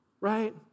Right